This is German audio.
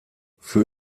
für